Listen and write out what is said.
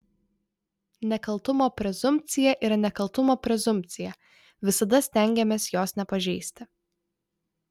nekaltumo prezumpcija yra nekaltumo prezumpcija visada stengiamės jos nepažeisti